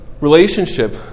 Relationship